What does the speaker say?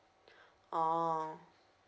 oo